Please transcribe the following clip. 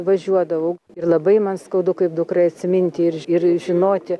važiuodavau ir labai man skaudu kaip dukrai atsiminti ir ir žinoti